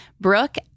Brooke